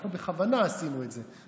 אנחנו בכוונה עשינו את זה,